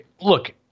look